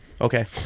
Okay